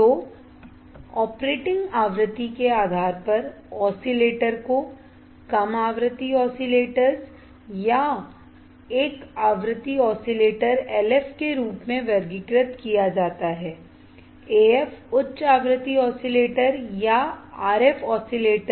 तो ऑपरेटिंग आवृत्ति के आधार पर ऑसिलेटर्स को कम आवृत्ति ऑसिलेटर्स या एक आवृत्ति ऑसिलेटर्स LF के रूप में वर्गीकृत किया जाता है AF उच्च आवृत्ति ऑसिलेटर्स या RF ऑसिलेटर्स